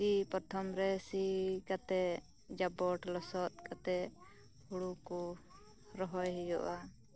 ᱥᱤ ᱯᱨᱚᱛᱷᱚᱢ ᱨᱮ ᱥᱤ ᱠᱟᱛᱮᱫ ᱡᱟᱵᱚᱴ ᱞᱚᱥᱚᱫ ᱠᱟᱛᱮᱫ ᱦᱩᱲᱩ ᱠᱩ ᱨᱚᱦᱚᱭ ᱦᱩᱭᱩᱜᱼᱟ